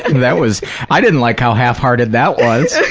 and that was i didn't like how half-hearted that was!